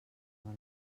sol